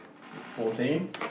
Fourteen